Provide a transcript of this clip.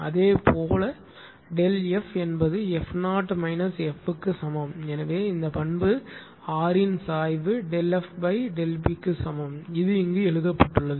அதேபோல ΔF என்பது f0 f க்கு சமம் எனவே இந்த பண்பு R இன் சாய்வு ΔFΔP க்கு சமம் அது இங்கு எழுதப்பட்டுள்ளது